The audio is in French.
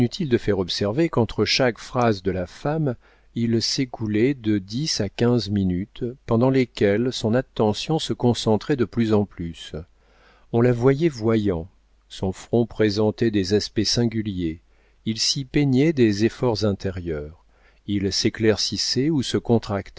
inutile de faire observer qu'entre chaque phrase de la femme il s'écoulait de dix à quinze minutes pendant lesquelles son attention se concentrait de plus en plus on la voyait voyant son front présentait des aspects singuliers il s'y peignait des efforts intérieurs il s'éclaircissait ou se